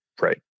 right